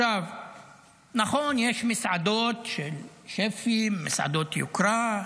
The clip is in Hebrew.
נכון, יש מסעדות של שפים, מסעדות יוקרה,